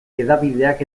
hedabideak